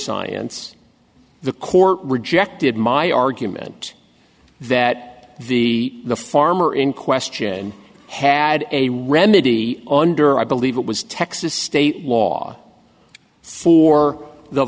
science the court rejected my argument that the the farmer in question had a remedy under i believe it was texas state law for the